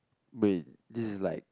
wait this is like